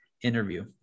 interview